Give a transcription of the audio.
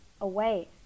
away